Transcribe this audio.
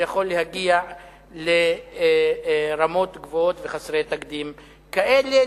שיכול להגיע לרמות גבוהות וחסרות תקדים כאלה,